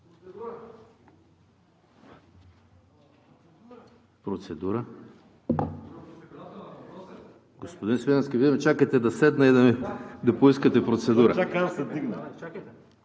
Процедура? Господин Свиленски, Вие ме чакате да седна и да поискате процедура.